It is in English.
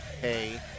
hey